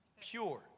Pure